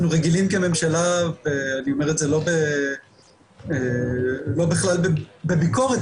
רגילים כממשלה ואני אומר את זה לא בכלל בביקורת,